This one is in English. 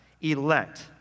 elect